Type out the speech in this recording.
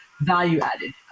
Value-added